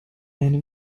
einem